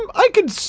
um i could,